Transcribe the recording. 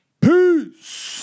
peace